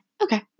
okay